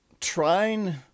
trying